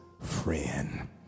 friend